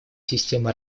системы